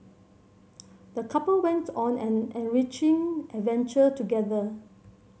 the couple went on an enriching adventure together